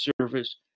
Service